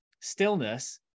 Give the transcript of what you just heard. stillness